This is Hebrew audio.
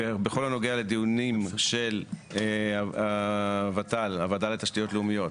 בגל נוגע לדיונים של הות"ל והוועדה לתשתיות לאומיות,